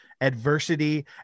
adversity